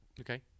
Okay